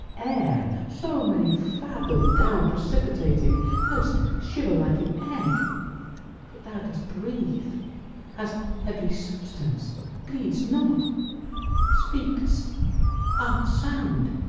air, so many fathom down precipitating, thou'dst shiver'd like an egg but thou dost breathe hast heavy substance bleed'st not speak'st art sound.